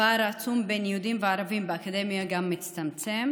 הפער העצום בין יהודים לערבים באקדמיה גם מצטמצם,